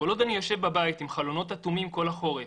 כל עוד אני יושב בבית עם חלונות אטומים כל החורף,